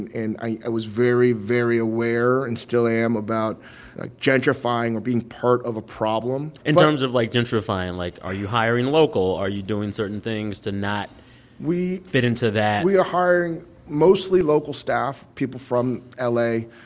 and and i i was very, very aware and still am about ah gentrifying or being part of a problem in terms of, like, gentrifying, like, are you hiring local? are you doing certain things to not fit into that? we are hiring mostly local staff, people from ah la.